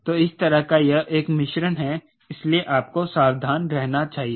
तो इस तरह का यह एक मिश्रण है इसलिए आपको सावधान रहना चाहिए